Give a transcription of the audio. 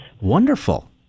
Wonderful